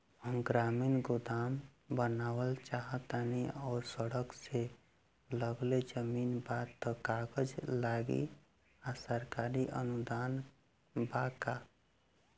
हम ग्रामीण गोदाम बनावल चाहतानी और सड़क से लगले जमीन बा त का कागज लागी आ सरकारी अनुदान बा का?